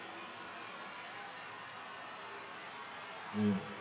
mm